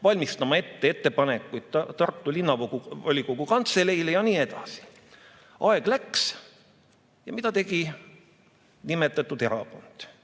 valmistama ette ettepanekuid Tartu Linnavolikogu kantseleile ja nii edasi. Aeg läks. Mida tegi nimetatud erakond?